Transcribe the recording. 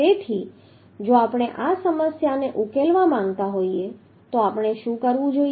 તેથી જો આપણે આ સમસ્યાને ઉકેલવા માંગતા હોઈએ તો આપણે શું કરવું જોઈએ